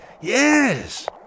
Yes